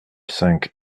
cinq